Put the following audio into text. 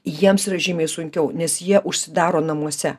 jiems yra žymiai sunkiau nes jie užsidaro namuose